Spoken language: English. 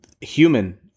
human